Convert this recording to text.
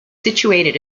situated